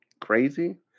crazy